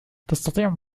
تستطيع